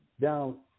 down